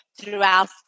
throughout